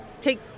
take